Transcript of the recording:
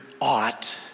ought